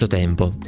rainbow,